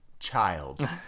child